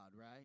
right